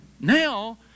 now